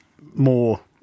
more